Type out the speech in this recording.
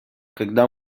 когда